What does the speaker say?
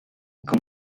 como